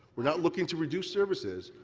we are not looking to reduce services.